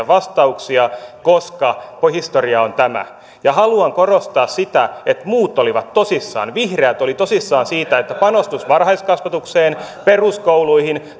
vastauksia koska historia on tämä haluan korostaa sitä että muut olivat tosissaan vihreät olivat tosissaan siinä että panostus varhaiskasvatukseen peruskouluihin